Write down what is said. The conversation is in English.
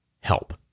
help